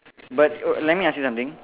but err let me ask you something